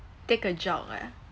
take a jog ah